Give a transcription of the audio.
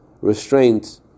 restraint